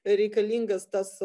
reikalingas tas